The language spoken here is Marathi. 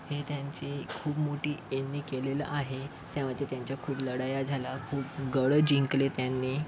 हे त्यांची खूप मोठी यांनी केलेलं आहे त्यामध्ये त्यांच्या खूप लढाया झाल्या खूप गड जिंकले त्यांनी